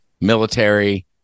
Military